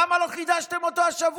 אבל למה לא חידשתם אותו השבוע?